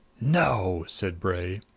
no! said bray.